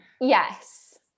yes